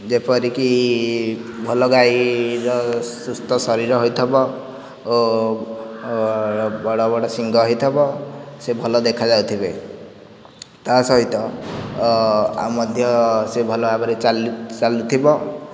ଯେପରିକି ଭଲ ଗାଈର ସୁସ୍ଥ ଶରୀର ହୋଇଥିବ ଓ ବଡ଼ ବଡ଼ ଶିଙ୍ଘ ହୋଇଥବ ସେ ଭଲ ଦେଖାଯାଉଥିବେ ତା ସହିତ ଆଉ ମଧ୍ୟ ସେ ଭଲ ଭାବରେ ଚାଲୁ ଚାଲୁଥିବ